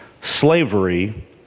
slavery